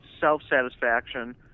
self-satisfaction